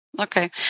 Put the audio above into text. okay